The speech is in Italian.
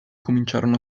cominciarono